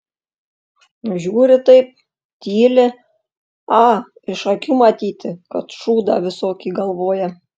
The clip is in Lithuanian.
žiūri taip tyli a iš akių matyti kad šūdą visokį galvoja